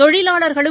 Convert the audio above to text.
தொழிலாளர்களும்